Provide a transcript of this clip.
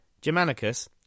Germanicus